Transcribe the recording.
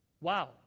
Wow